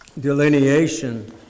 delineation